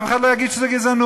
אף אחד לא יגיד שזאת גזענות.